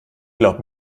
glaub